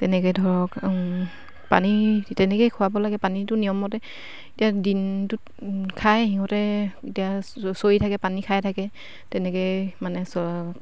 তেনেকৈ ধৰক পানী তেনেকৈয়ে খুৱাব লাগে পানীটো নিয়মমতে এতিয়া দিনটোত খায় সিহঁতে এতিয়া চৰি থাকে পানী খায়ে থাকে তেনেকৈয়ে মানে